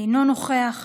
אינו נוכח,